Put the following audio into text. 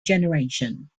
generation